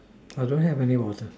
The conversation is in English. well do I have any water